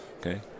okay